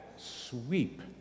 sweep